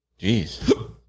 Jeez